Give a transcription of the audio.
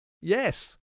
Yes